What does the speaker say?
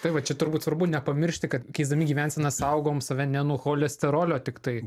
tai va čia turbūt svarbu nepamiršti kad keisdami gyvenseną saugom save ne nuo cholesterolio tiktai